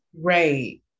Right